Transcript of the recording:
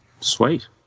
Sweet